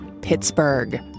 Pittsburgh